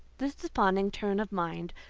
this desponding turn of mind,